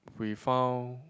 we found